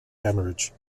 hemorrhage